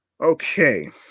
Okay